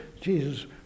jesus